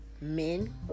men